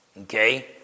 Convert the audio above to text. okay